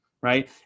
right